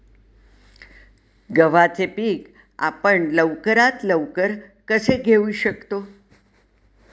गव्हाचे पीक आपण लवकरात लवकर कसे घेऊ शकतो?